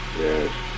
yes